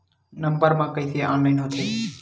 Number मा कइसे online होथे?